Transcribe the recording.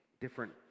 different